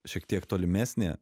šiek tiek tolimesnė